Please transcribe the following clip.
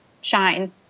shine